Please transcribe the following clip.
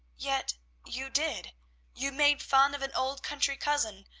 yet you did you made fun of an old country cousin,